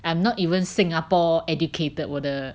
I'm not even Singapore educated 我的